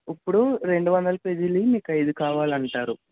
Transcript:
ఇప్పుడు రెండు వందల పేజీలవి మీకు అయిదు కావాలంటారు